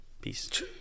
Peace